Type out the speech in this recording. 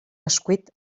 bescuit